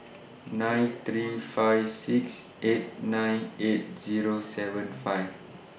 nine three five six eight nine eight Zero seven five